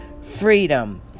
freedom